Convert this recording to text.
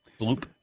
Bloop